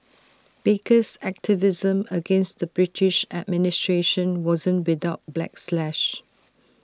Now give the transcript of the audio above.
baker's activism against the British administration wasn't without backlash